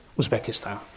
Uzbekistan